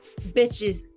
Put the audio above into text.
bitches